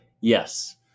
yes